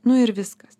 nu ir viskas